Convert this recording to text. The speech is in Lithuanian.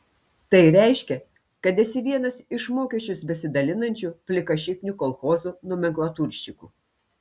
tai reiškia kad esi vienas iš mokesčius besidalinančių plikašiknių kolchozo nomenklaturščikų